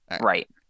Right